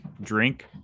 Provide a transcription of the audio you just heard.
drink